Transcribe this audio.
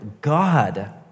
God